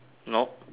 nope